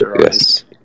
yes